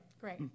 great